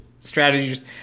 strategies